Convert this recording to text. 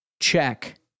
check